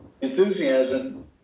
enthusiasm